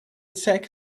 take